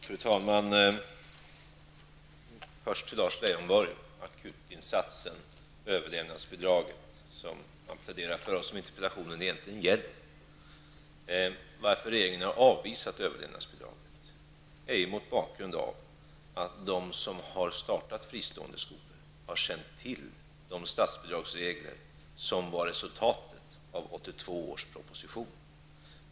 Fru talman! Först några ord till Lars Leijonborg om akutinsatsen, överlevnadsbidraget, som han pläderade för och som interpellationen egentligen gällde. Regeringen har avvisat överlevnadsbidraget mot bakgrund av att de som startat fristående skolor har känt till de statsbidragsregler som var resultatet av 1982 års proposition.